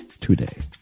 today